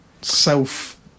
self